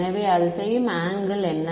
எனவே அது செய்யும் ஆங்கிள் என்ன